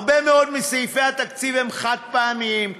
הרבה מאוד מסעיפי התקציב הם חד-פעמיים,